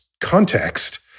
context